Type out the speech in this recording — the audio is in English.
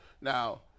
now